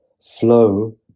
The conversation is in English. flow